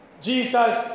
Jesus